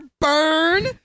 burn